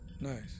Nice